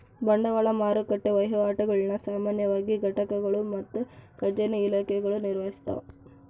ಬಂಡವಾಳ ಮಾರುಕಟ್ಟೆ ವಹಿವಾಟುಗುಳ್ನ ಸಾಮಾನ್ಯವಾಗಿ ಘಟಕಗಳು ಮತ್ತು ಖಜಾನೆ ಇಲಾಖೆಗಳು ನಿರ್ವಹಿಸ್ತವ